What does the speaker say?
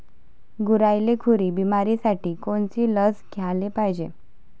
गुरांइले खुरी बिमारीसाठी कोनची लस द्याले पायजे?